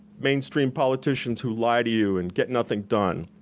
mainstream politicians who lie to you and get nothing done,